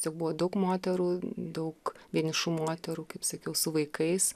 tiesiog buvo daug moterų daug vienišų moterų kaip sakiau su vaikais